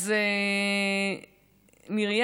מרים